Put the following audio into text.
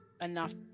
enough